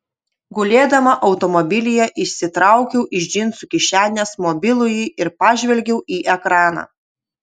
gulėdama automobilyje išsitraukiau iš džinsų kišenės mobilųjį ir pažvelgiau į ekraną